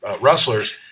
wrestlers